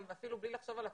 אפילו בלי לחשוב על הקורונה,